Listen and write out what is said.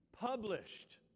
published